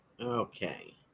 Okay